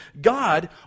God